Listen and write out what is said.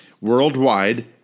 worldwide